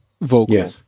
vocal